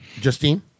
Justine